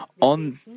on